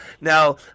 now